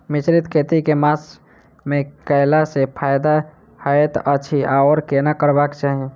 मिश्रित खेती केँ मास मे कैला सँ फायदा हएत अछि आओर केना करबाक चाहि?